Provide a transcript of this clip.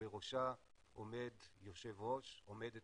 בראשה עומדת או עומד יושב ראש.